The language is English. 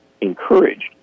encouraged